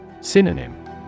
Synonym